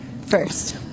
First